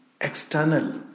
external